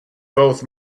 both